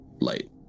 light